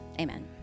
Amen